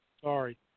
Sorry